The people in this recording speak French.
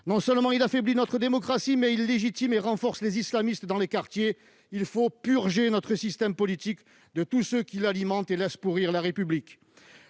Non seulement ce système affaiblit notre démocratie, mais il légitime et renforce les islamistes dans les quartiers. Il faut purger notre système politique de tous ceux qui alimentent ce système et laissent pourrir la République